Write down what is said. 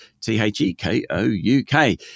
T-H-E-K-O-U-K